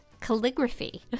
calligraphy